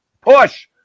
Push